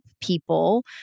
people